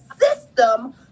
system